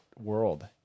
world